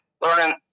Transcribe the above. learning